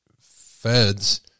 feds